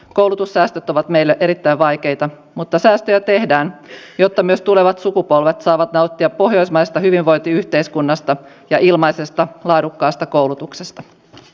koulutussäästöt ovat meille erittäin vaikeita mutta säästöjä tehdään jotta myös tulevat sukupolvet saavat nauttia pohjoismaisesta hyvinvointiyhteiskunnasta ja ilmaisesta laadukkaasta koulutuksesta